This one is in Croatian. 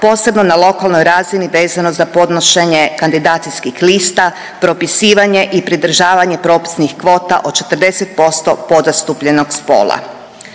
posebno na lokalnoj razini vezano za podnošenje kandidacijskih lista, propisivanje i predržavanje propisnih kvota od 40% podzastupljenog spola.